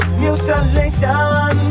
mutilation